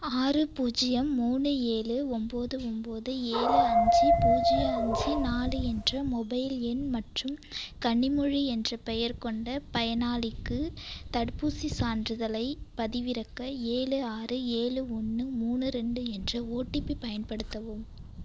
ஆறு பூஜ்ஜியம் மூணு ஏழு ஒம்பது ஒம்பது ஏழு அஞ்சு பூஜ்ஜியம் அஞ்சு நாலு என்ற மொபைல் எண் மற்றும் கனிமொழி என்ற பெயர் கொண்ட பயனாளிக்கு தடுப்பூசி சான்றிதழை பதிவிறக்க ஏழு ஆறு ஏழு ஒன்று மூணு ரெண்டு என்ற ஓடிபி பயன்படுத்தவும்